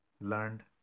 learned